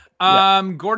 Gordon